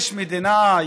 יש מדינה,